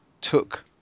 took